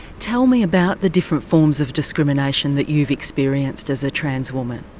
tell me about the different forms of discrimination that you've experienced as a transwoman.